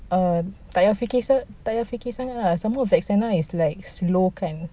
um tak payah fikir tak payar fikir sangat lah some more vexana is like slow kind